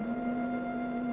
not